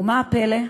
ומה הפלא?